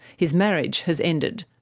his marriage has ended.